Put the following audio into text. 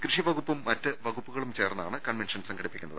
കൃഷിവകുപ്പും മറ്റ് വകുപ്പുകളും ചേർന്നാണ് കൺവെൻഷൻ സംഘടിപ്പിക്കുന്നത്